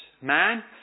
man